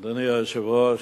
אדוני היושב-ראש,